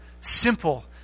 simple